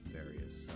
various